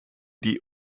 die